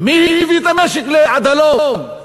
מי הביא את המשק עד הלום?